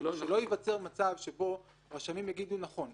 כדי שלא ייווצר מצב שבו רשמים יגידו: נכון,